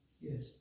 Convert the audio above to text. Yes